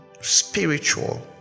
spiritual